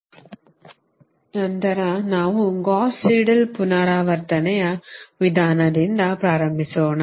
load flow ಅಧ್ಯಯನಗಳನ್ನು ಮಾಡಿ ಮುಂದುವರೆದ ಭಾಗ ನಂತರ ನಾವು ಗೌಸ್ ಸೀಡೆಲ್ ಪುನರಾವರ್ತನೆಯ ವಿಧಾನದಿಂದ ಪ್ರಾರಂಭಿಸೋಣ